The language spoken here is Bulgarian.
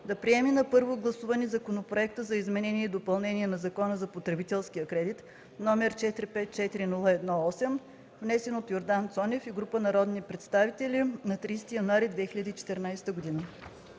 да приеме на първо гласуване Законопроекта за изменение и допълнение на Закона за потребителския кредит, № 454-01-8, внесен от Йордан Цонев и група народни представители на 30 януари 2014 г.”